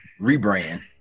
rebrand